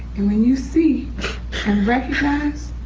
and when you see and recognize,